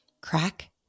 crack